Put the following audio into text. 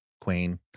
Queen